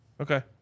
Okay